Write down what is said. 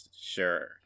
sure